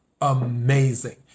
amazing